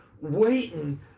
waiting